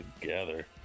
together